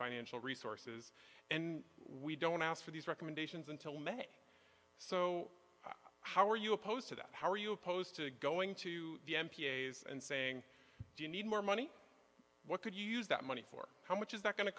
financial resources and we don't ask for these recommendations until may so how are you opposed to that how are you opposed to going to the m p s and saying do you need more money what could you use that money for how much is that go